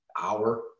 Hour